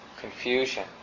confusion